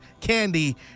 candy